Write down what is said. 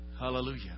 Hallelujah